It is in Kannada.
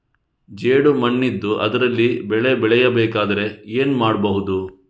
ಜೇಡು ಮಣ್ಣಿದ್ದು ಅದರಲ್ಲಿ ಬೆಳೆ ಬೆಳೆಯಬೇಕಾದರೆ ಏನು ಮಾಡ್ಬಹುದು?